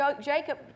Jacob